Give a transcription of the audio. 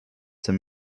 den